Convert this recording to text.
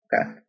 Okay